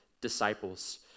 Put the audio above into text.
disciples